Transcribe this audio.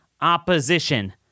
opposition